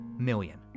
million